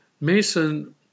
Mason